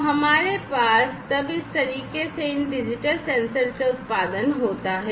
तो हमारे पास तब इस तरीके से इन डिजिटल सेंसर से उत्पादन होता है